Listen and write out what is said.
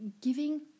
giving